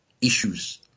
issues